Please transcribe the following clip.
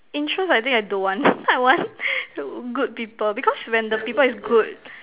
interest I think I don't want I want to good people because when the people is good